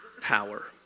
power